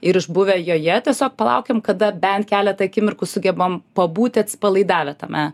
ir išbuvę joje tiesiog palaukiam kada bent keleta akimirkų sugebam pabūti atsipalaidavę tame